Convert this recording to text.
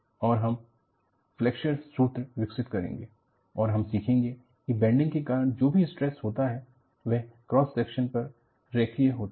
और हम फ्लैक्सर सूत्र विकसित करेंगे और हम सीखेंगे की बैंडिंग के कारण जो भी स्ट्रेस होता है वह क्रॉस सेक्शन पर रैखिक होता है